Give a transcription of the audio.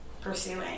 pursuing